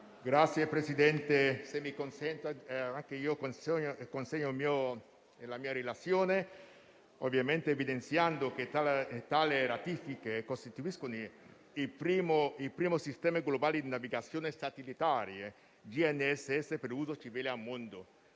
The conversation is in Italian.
Signor Presidente, se mi consente, anch'io consegno il testo della mia relazione, ovviamente evidenziando che tale ratifica si occupa del primo sistema globale di navigazione satellitare (GNSS) per uso civile al mondo,